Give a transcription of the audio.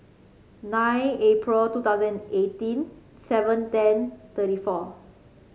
nine April two thousand and eighteen seven ten thirty four